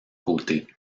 côté